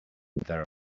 there